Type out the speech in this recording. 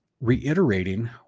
Reiterating